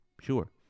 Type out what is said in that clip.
sure